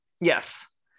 Yes